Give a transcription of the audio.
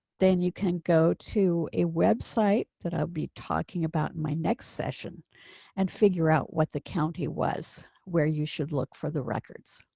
then you can go to a website that i'll be talking about my next session and figure out what the county was where you should look for the records.